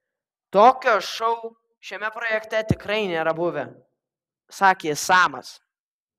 tokio šou šiame projekte tikrai nėra buvę sakė samas